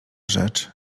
rzecz